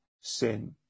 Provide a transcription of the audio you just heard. sin